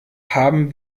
haben